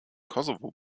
kosovo